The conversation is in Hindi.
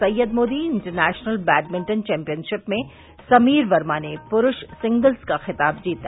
Syed Modi international badminton championship में समीर वर्मा ने प्रूष सिंगल्स का खिताब जीता